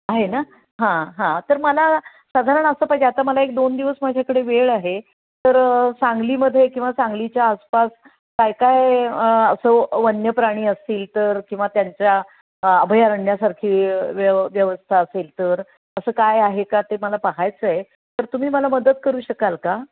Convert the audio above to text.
आहे ना हां हां तर मला साधारण असं पाहिजे आता मला एक दोन दिवस माझ्याकडे वेळ आहे तर सांगलीमध्ये किंवा सांगलीच्या आसपास काय काय असं वन्यप्राणी असतील तर किंवा त्यांच्या अभयारण्यासारखी व्यव व्यवस्था असेल तर असं काय आहे का ते मला पाहायचं आहे तर तुम्ही मला मदत करू शकाल का